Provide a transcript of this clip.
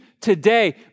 today